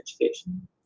education